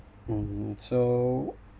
mm so